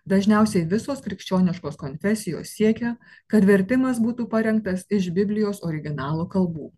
dažniausiai visos krikščioniškos konfesijos siekia kad vertimas būtų parengtas iš biblijos originalo kalbų